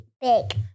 big